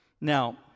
Now